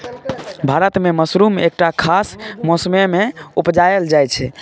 भारत मे मसरुम एकटा खास मौसमे मे उपजाएल जाइ छै